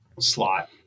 slot